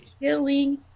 Killing